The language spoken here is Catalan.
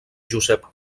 josep